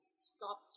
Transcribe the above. stop